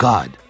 God